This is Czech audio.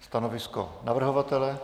Stanovisko navrhovatele?